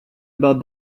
about